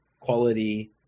quality